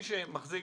שהוא זה שמחזיק